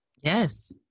Yes